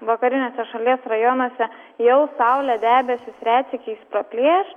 vakariniuose šalies rajonuose jau saulė debesis retsykiais praplės